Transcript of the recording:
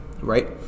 right